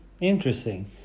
Interesting